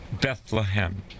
Bethlehem